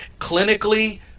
clinically